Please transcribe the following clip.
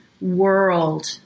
world